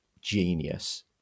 genius